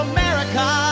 America